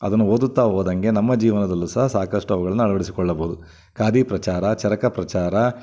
ಅದನ್ನು ಓದುತ್ತಾ ಹೋದಂಗೆ ನಮ್ಮ ಜೀವನದಲ್ಲೂ ಸಹ ಸಾಕಷ್ಟು ಅವುಗಳನ್ನ ಅಳವಡಿಸಿಕೊಳ್ಳಬೌದು ಖಾದಿ ಪ್ರಚಾರ ಚರಕ ಪ್ರಚಾರ